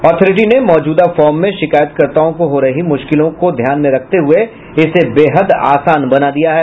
authority ने मौजूदा form में शिकायतकर्ताओं को हो रही मुश्किलों को ध्यान में रखते हुए इसे बेहद आसान बना दिया है